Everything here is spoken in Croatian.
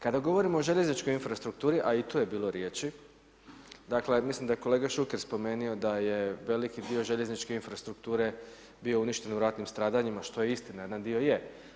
Kada govorimo o željezničkoj infrastrukturi, a i tu je bilo riječi, dakle, ja smislim da je kolega Šuker spomenuo da je veliki dio željezničke infrastrukture bio uništen u ratnim stradanjima, što je istina, jedan dio je.